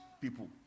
people